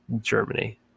germany